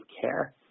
care